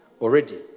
Already